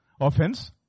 offense